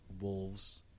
wolves